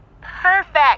perfect